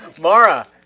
Mara